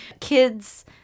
kids